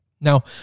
Now